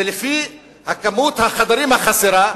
ולפי כמות החדרים החסרה,